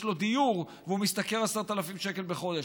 לו דיור והוא משתכר 10,000 שקל בחודש.